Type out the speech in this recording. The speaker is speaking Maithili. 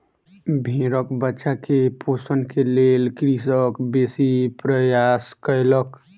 भेड़क बच्चा के पोषण के लेल कृषक बेसी प्रयास कयलक